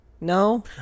No